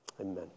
Amen